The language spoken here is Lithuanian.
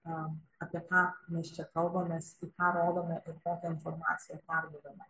ką apie ką mes čia kalbamės į ką rodome kokią informaciją perduodame